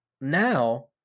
now